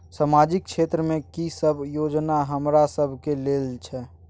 सामाजिक क्षेत्र में की सब योजना हमरा सब के लेल छै?